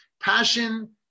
Passion